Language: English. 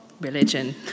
Religion